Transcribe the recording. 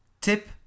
Tip